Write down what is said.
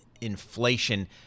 inflation